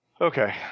Okay